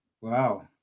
Wow